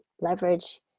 leverage